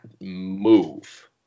move